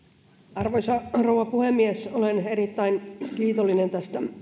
arvoisa rouva puhemies olen erittäin kiitollinen tästä